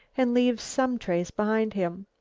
and leaves some trace behind him.